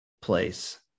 place